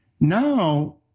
now